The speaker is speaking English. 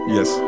Yes